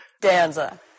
Danza